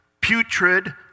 putrid